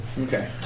Okay